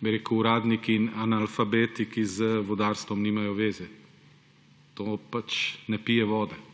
bi rekel, uradniki in analfabeti, ki z vodarstvom nimajo zveze. To pač ne pije vode.